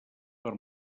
per